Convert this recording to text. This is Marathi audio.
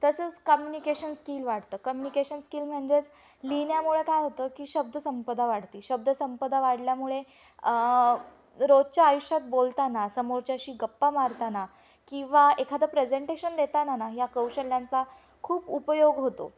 तसंच कम्युनिकेशन स्किल वाढतं कम्युनिकेशन स्किल म्हणजेच लिहिण्यामुळे काय होतं की शब्दसंपदा वाढते शब्दसंपदा वाढल्यामुळे रोजच्या आयुष्यात बोलताना समोरच्याशी गप्पा मारताना किंवा एखादं प्रेझेंटेशन देताना ना ह्या कौशल्यांचा खूप उपयोग होतो